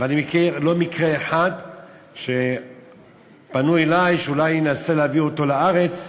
ואני מכיר לא מקרה אחד שפנו אלי שאולי אנסה להביא את הנידון לארץ,